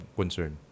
concern